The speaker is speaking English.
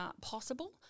possible